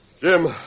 Jim